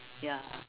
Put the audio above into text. ya